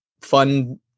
fun